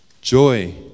joy